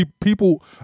people –